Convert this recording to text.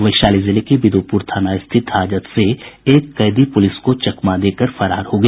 वैशाली जिले के बिदुपुर थाना स्थित हाजत से एक कैदी पुलिस को चकमा देकर फरार हो गया